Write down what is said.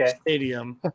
Stadium